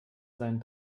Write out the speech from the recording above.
seinen